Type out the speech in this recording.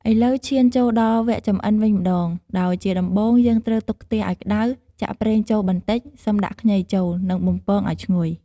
ឥឡូវឈានចូលដល់វគ្គចម្អិនវិញម្ដង ដោយជាដំបូង យើងត្រូវទុកខ្ទះឲ្យក្ដៅ ចាក់ប្រេងចូលបន្តិច សិមដាក់ខ្ញីចូល និងបំពងឲ្យឈ្ងុយ។